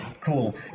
Cool